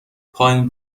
پایین